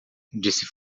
disse